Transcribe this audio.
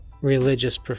religious